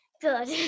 Good